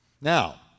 Now